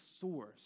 source